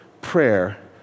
prayer